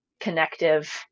connective